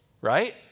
Right